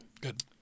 Good